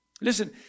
Listen